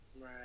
Right